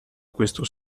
questo